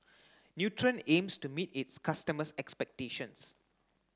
Nutren aims to meet its customers' expectations